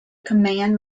command